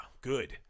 Good